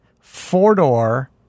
four-door